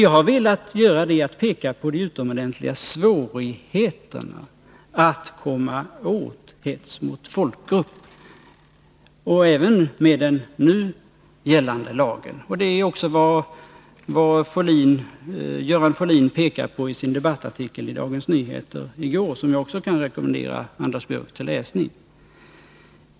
Jag har velat peka på de utomordentligt stora svårigheterna när det gäller att komma åt hets mot folkgrupp, även med den nu gällande lagen. Det är också 95 vad Göran Folin pekade på i sin debattartikeli Dagens Nyheter i går, som jag också kan rekommendera Anders Björck till läsning.